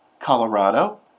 Colorado